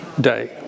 day